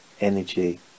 energy